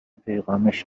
پیغامش